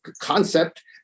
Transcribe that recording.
concept